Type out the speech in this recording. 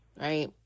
right